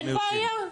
אין בעיה.